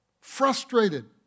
frustrated